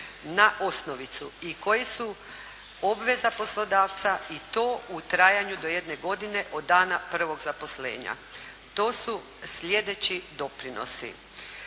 na osnovicu i koji su obveza poslodavca i to u trajanju do jedne godine od dana prvog zaposlenja. To su sljedeći doprinosi: